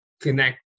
connect